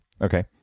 Okay